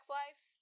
life